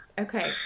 Okay